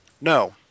No